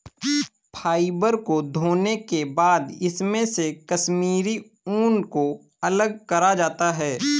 fibre को धोने के बाद इसमे से कश्मीरी ऊन को अलग करा जाता है